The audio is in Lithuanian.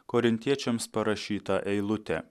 korintiečiams parašytą eilutę